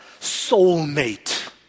soulmate